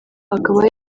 akaba